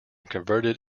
converted